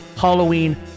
Halloween